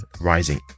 rising